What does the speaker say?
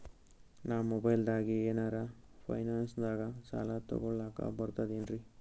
ನಾ ಮೊಬೈಲ್ದಾಗೆ ಏನರ ಫೈನಾನ್ಸದಾಗ ಸಾಲ ತೊಗೊಲಕ ಬರ್ತದೇನ್ರಿ?